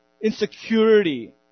insecurity